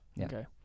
Okay